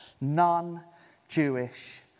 non-Jewish